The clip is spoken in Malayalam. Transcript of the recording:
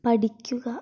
പഠിക്കുക